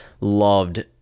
loved